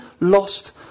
lost